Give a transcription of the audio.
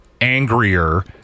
angrier